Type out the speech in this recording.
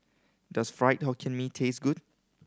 does Fried Hokkien Mee taste good